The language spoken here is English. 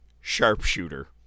Sharpshooter